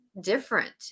different